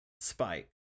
Spike